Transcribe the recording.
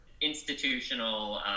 institutional